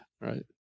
Right